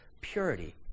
purity